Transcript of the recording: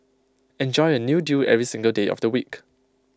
enjoy A new deal every single day of the week